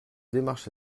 démarches